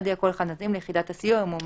יודיע כל אחד מהצדדים ליחידת הסיוע אם הוא